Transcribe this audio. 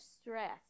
stress